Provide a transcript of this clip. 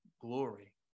glory